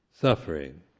suffering